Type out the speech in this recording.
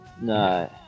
no